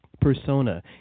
persona